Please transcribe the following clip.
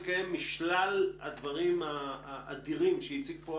שיקום האוכלוסייה ולאחר מכן שיקום קהילה ותשתית לטווח